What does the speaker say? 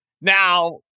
Now